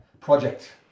project